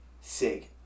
Sig